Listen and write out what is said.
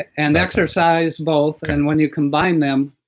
and exercise, both, and when you combine them,